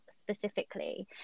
specifically